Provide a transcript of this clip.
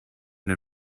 den